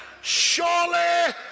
Surely